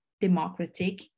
democratic